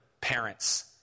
parents